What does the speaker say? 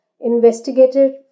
investigated